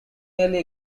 nearly